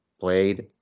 Played